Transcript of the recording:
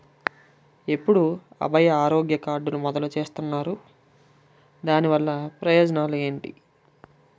ఎప్పుడు అభయ ఆరోగ్య కార్డ్ మొదలు చేస్తున్నారు? దాని వల్ల ప్రయోజనాలు ఎంటి?